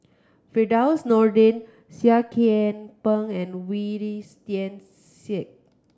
Firdaus Nordin Seah Kian Peng and Wee Tian Siak